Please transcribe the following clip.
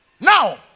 Now